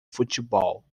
futebol